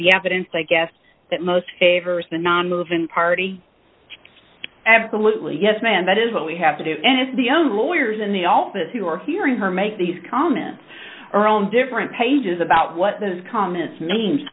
the evidence i guess that most favors the nonmoving party absolutely yes ma'am that is what we have to do and if the own lawyers in the office who are hearing her make these comments are on different pages about what those comments names